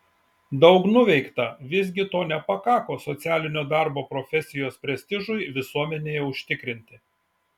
daug nuveikta visgi to nepakako socialinio darbo profesijos prestižui visuomenėje užtikrinti